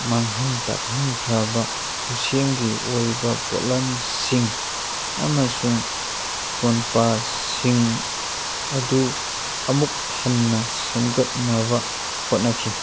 ꯃꯥꯡꯍꯟ ꯇꯥꯛꯍꯟꯈ꯭ꯔꯕ ꯈꯨꯠꯁꯦꯝꯒꯤ ꯑꯣꯏꯕ ꯄꯣꯠꯂꯝꯁꯤꯡ ꯑꯃꯁꯨꯡ ꯀꯣꯟꯄꯥꯁꯁꯤꯡ ꯑꯗꯨ ꯑꯃꯨꯛ ꯍꯟꯅ ꯁꯦꯝꯒꯠꯅꯕ ꯍꯣꯠꯅꯈꯤ